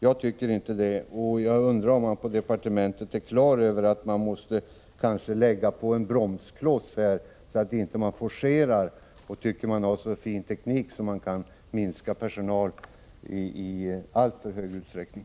Jag tycker inte det, och jag undrar om man på departementet är på det klara med att man kanske måste lägga på en bromskloss. Man får ju inte forcera detta i tron att man har så fin teknik att personalen kan minskas i alltför stor utsträckning.